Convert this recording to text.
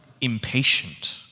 impatient